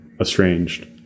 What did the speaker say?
estranged